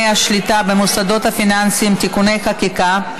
השליטה במוסדות הפיננסיים (תיקוני חקיקה),